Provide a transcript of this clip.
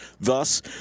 thus